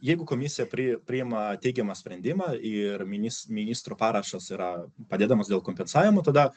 jeigu komisija pri priima teigiamą sprendimą ir minis ministro parašas yra padedamas dėl kompensavimo tada